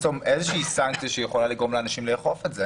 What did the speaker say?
עוד צריך למצוא איזושהי סנקציה שיכולה לגרום לאנשים לאכוף את זה.